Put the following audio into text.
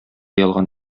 ялган